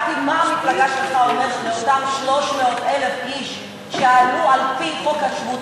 שאלתי מה המפלגה שלך אומרת לאותם 300,000 איש שעלו על-פי חוק השבות,